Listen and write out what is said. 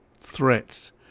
threats